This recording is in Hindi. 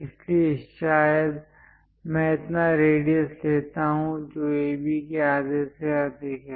इसलिए शायद मैं इतना रेडियस लेता हूं जो AB के आधे से अधिक है